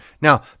Now